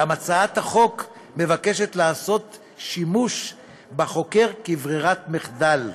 אולם בהצעת החוק מוצע לעשות שימוש בחוקר כברירת מחדל.